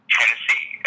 Tennessee